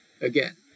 Again